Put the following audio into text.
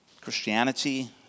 Christianity